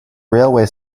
railway